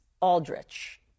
Aldrich